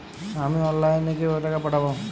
আমি অনলাইনে কিভাবে টাকা পাঠাব?